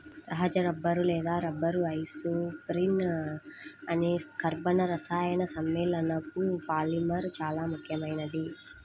సహజ రబ్బరు లేదా rubber isoprene అనే కర్బన రసాయన సమ్మేళనపు పాలిమర్ చాలా ముఖ్యమైనది